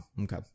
okay